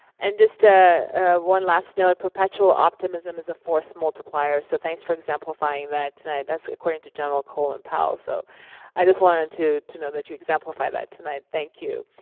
and just ah one last note, perpetually optimism is a force multiplier, so thanks for exemplifying that tonight. that's according to general colin powell. so i just wanted you to know that you exemplify that tonight, thank you.